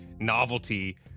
novelty